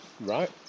Right